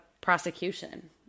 prosecution